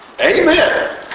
Amen